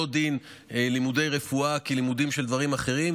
לא דין לימודי רפואה כדין לימודים של דברים אחרים,